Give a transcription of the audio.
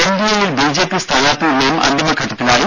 എൻഡിഎയിൽ BJP സ്ഥാനാർത്ഥി നിർണയം അന്തിമഘട്ടത്തിലായി